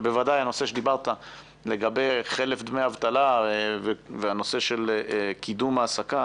ובוודאי הנושא שדיברת עליו לגבי חלף דמי אבטלה והנושא של קידום העסקה